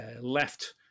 left